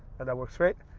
and that works great,